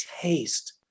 taste